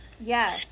Yes